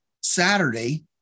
Saturday